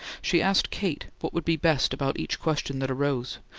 she asked kate what would be best about each question that arose,